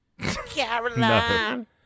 Caroline